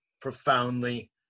profoundly